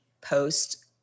post